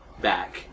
back